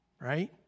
right